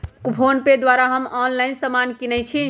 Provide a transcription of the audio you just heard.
PhonePe द्वारा हम online समान किनइ छी